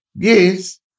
Yes